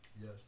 Yes